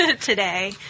today